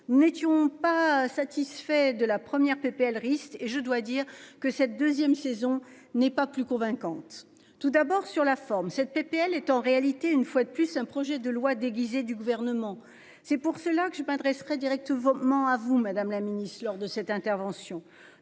n'étions pas satisfait de la première PPL risque et je dois dire que cette 2ème saison n'est pas plus convaincante. Tout d'abord sur la forme cette PPL est en réalité une fois de plus un projet de loi déguisée du gouvernement. C'est pour cela que je m'adresserai direct vaguement à vous Madame la Ministre lors de cette intervention.